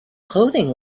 clothing